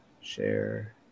Share